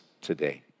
today